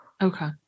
okay